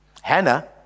Hannah